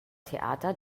theater